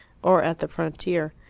or at the frontier.